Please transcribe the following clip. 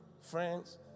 Friends